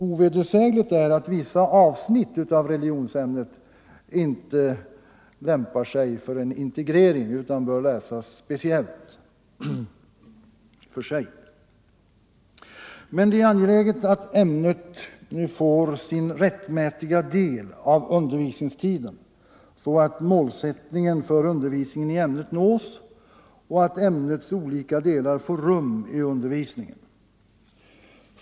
Ovedersägligt är att vissa avsnitt av religionsämnet inte lämpar sig för en integrering utan bör läsas för sig. Men det är angeläget att ämnet får sin rättmätiga del av undervisningstiden, så att målsättningen för undervisningen i ämnet nås och så att ämnets olika delar får rum i undervisningen.